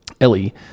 Ellie